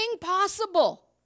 possible